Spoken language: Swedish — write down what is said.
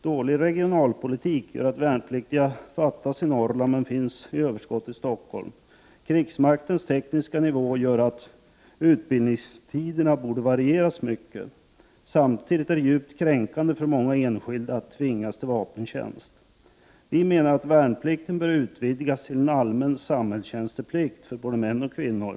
Dålig regionalpolitik gör att värnpliktiga fattas i Norrland men finns i överskott i Stockholm. Krigsmaktens tekniska nivå gör att utbildningstiderna borde varieras mycket. Samtidigt är det djupt kränkande för många enskilda att tvingas till vapentjänst. Vi menar att värnplikten bör utvidgas till en allmän samhällstjänstplikt för både män och kvinnor.